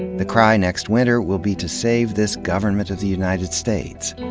the cry next winter will be to save this government of the united states.